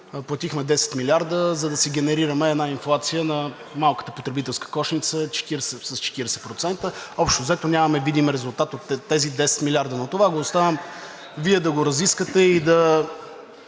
платихме 10 милиарда, за да си генерираме една инфлация на малката потребителска кошница с 40%. Общо взето, нямаме видим резултат от тези 10 милиарда, но това го оставям Вие да го разисквате и да